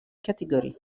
category